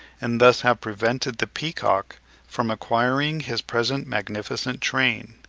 and thus have prevented the peacock from acquiring his present magnificent train.